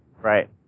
Right